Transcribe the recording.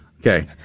Okay